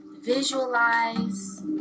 visualize